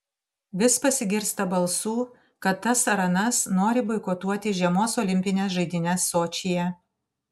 vis pasigirsta balsų kad tas ar anas nori boikotuoti žiemos olimpines žaidynes sočyje